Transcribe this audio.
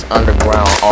Underground